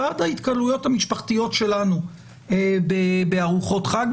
ועד ההתקהלויות המשפחתיות שלנו בארוחות חג,